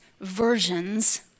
versions